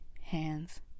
hands